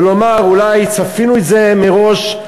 ולומר: אולי צפינו את זה מראש,